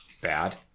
bad